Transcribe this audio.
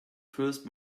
first